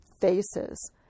faces